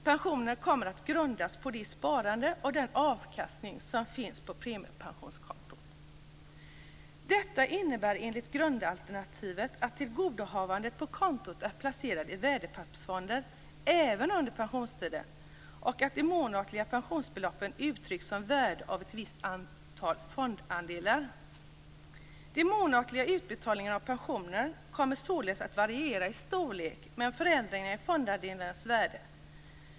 Pensionerna kommer att grundas på det sparande och den avkastning som finns på premiepensionskontot. Detta innebär enligt grundalternativet att tillgodohavandet på kontot är placerat i värdepappersfonder även under pensionstiden och att de månatliga pensionsbeloppen uttrycks som värde av ett visst antal fondandelar. De månatliga utbetalningarna av pensionen kommer således att variera i storlek med förändringarna i fondandelarnas värde.